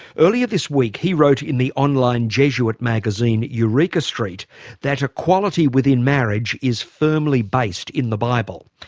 earlier this week he wrote in the online jesuit magazine eureka street that equality within marriage is firmly based in the bible.